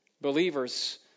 Believers